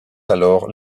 alors